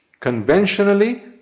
Conventionally